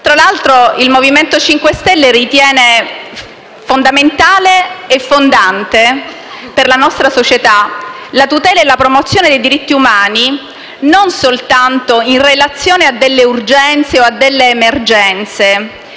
Tra l'altro, il Movimento 5 Stelle ritiene fondamentale e fondante per la nostra società la tutela e la promozione dei diritti umani non soltanto in relazione a delle urgenze o a delle emergenze,